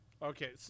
Okay